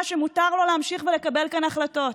שמותר לו להמשיך ולקבל כאן החלטות,